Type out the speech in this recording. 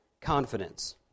confidence